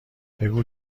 بگو